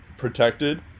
Protected